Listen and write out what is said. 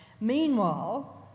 Meanwhile